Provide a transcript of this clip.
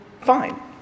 fine